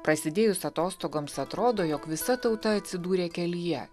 prasidėjus atostogoms atrodo jog visa tauta atsidūrė kelyje